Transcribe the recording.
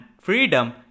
freedom